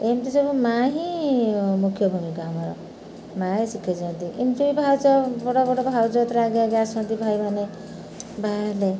ଏମିତି ସବୁ ମାଆ ହିଁ ମୁଖ୍ୟ ଭୂମିକା ଆମର ମାଆ ହିଁ ଶିଖାଇଛନ୍ତି ଏମିତି ବି ଭାଉଜ ବଡ଼ ବଡ଼ ଭାଉଜ ଆଗେ ଆଗେ ଆସନ୍ତି ଭାଇମାନେ ବାହା ହେଲେ